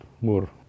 more